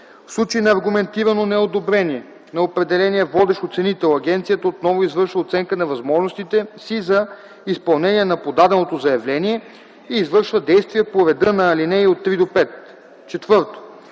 В случай на аргументирано неодобрение на определения водещ оценител агенцията отново извършва оценка на възможностите си за изпълнение на подаденото заявление и извършва действия по реда на ал. 3-5.” 4.